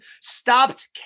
stopped